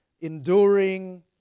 enduring